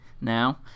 now